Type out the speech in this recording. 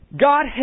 God